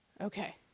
okay